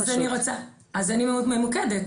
אז אני ממוקדת,